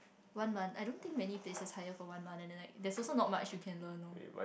one month I don't think many places hire for one month and then like there's also not much you can learn lor